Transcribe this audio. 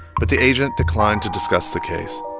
but the agent declined to discuss the case